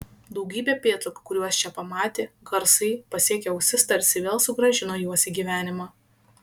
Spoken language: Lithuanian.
daugybė pėdsakų kuriuos čia pamatė garsai pasiekę ausis tarsi vėl sugrąžino juos į gyvenimą